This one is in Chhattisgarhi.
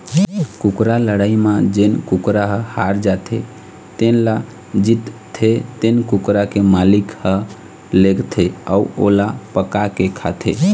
कुकरा लड़ई म जेन कुकरा ह हार जाथे तेन ल जीतथे तेन कुकरा के मालिक ह लेगथे अउ ओला पकाके खाथे